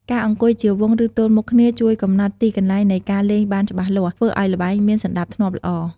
ការអង្គុយជាវង់ ឬទល់មុខគ្នាជួយកំណត់ទីកន្លែងនៃការលេងបានច្បាស់លាស់ ធ្វើឱ្យល្បែងមានសណ្ដាប់ធ្នាប់ល្អ។